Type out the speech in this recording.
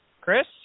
Chris